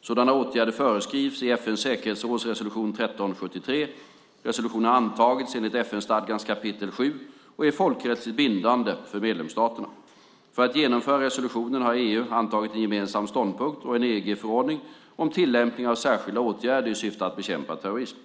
Sådana åtgärder föreskrivs i FN:s säkerhetsråds resolution 1373. Resolutionen har antagits enligt FN-stadgans kapitel VII och är folkrättsligt bindande för medlemsstaterna. För att genomföra resolutionen har EU antagit en gemensam ståndpunkt och en EG-förordning om tillämpning av särskilda åtgärder i syfte att bekämpa terrorism.